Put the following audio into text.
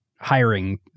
hiring